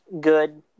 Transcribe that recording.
good